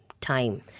time